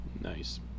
Nice